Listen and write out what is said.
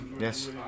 Yes